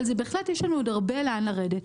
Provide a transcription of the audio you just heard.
אבל בהחלט יש לנו עוד הרבה לאן לרדת.